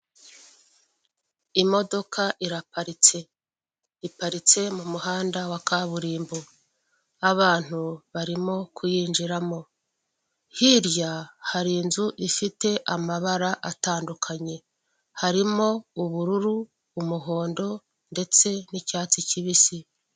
Imodoka iraparitse, iparitse mu muhanda wa kaburimbo, abantu barimo kuyinjiramo, hirya hari inzu ifite amabara atandukanye, harimo ubururu, umuhondo, ndetse n'icyatsi kibisi.